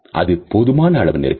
அது போதுமான அளவு நெருக்கம்